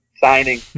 signing